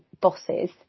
bosses